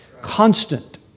constant